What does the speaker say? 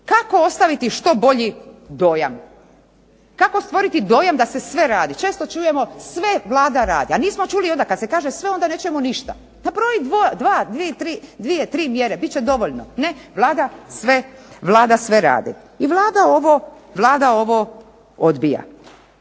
kako ostaviti što bolji dojam, kako stvoriti dojam da se sve radi. Često čujemo sve Vlada radi a nismo čuli onda kad se kaže sve onda ne čujemo ništa. Nabroji dvije, tri mjere, bit će dovoljno. Ne, Vlada sve radi. I Vlada ovo odbija.